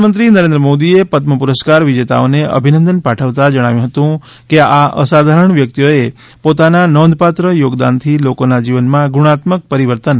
પ્રધાનમંત્રી નરેન્દ્ર મોદીએ પદમ પુરસ્કાર વિજેતાઓને અભિનંદન પાઠવતા જણાવ્યું હતું કે આ અસાધારણ વ્યક્તિઓએ પોતાના નોંધપાત્ર યોગદાનથી લોકોના જીવનમાં ગુણાત્મક પરિવર્તન આવ્યું છે